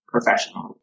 professional